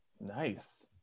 Nice